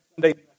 Sunday